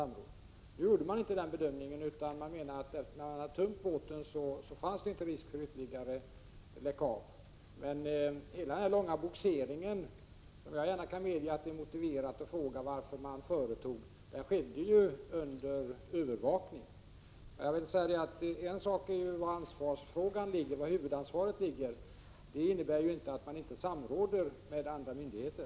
Nu gjorde man inte den bedömningen, utan man menade att eftersom båten hade tömts på olja fanns det inte risk för ytterligare läckage. Och hela denna långa bogsering — jag kan gärna medge att det är motiverat att fråga varför den företogs — skedde under övervakning. En sak är var huvudansvaret ligger. Det innebär inte att man inte samråder med andra myndigheter.